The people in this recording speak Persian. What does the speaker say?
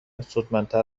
سودمندتر